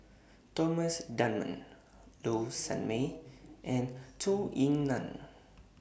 Thomas Dunman Low Sanmay and Zhou Ying NAN